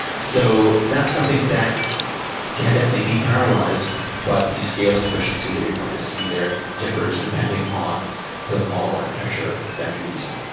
so that's something that can definitely be parallelized, but the scaling efficiency that you're going to see there differs depending on the model architecture that you're using.